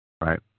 Right